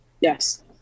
Yes